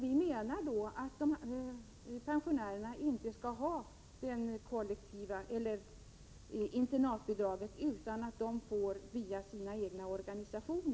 Vi menar att pensionärerna inte skall ha internatbidrag utan skall få bidrag via sina egna organisationer.